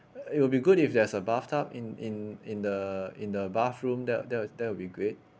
it will be good if there's a bathtub in in in the in the bathroom that that'll that will be great